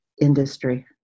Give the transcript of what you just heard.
industry